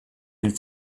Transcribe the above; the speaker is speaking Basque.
hil